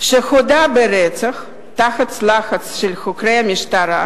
שהודה ברצח תחת לחץ של חוקרי המשטרה,